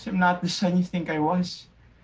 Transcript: not the son you think i was.